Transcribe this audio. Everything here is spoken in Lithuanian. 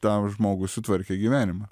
tam žmogui sutvarkė gyvenimą